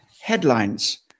headlines